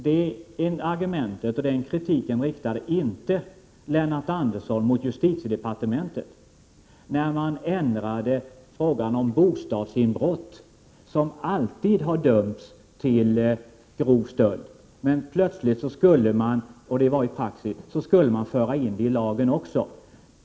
Det argumentet och den kritiken riktade inte Lennart Andersson mot justitiedepartementet när det gjordes en ändring i fråga om bostadsinbrott. De har alltid bedömts som grov stöld, men plötsligt skulle det föras in i lagen också.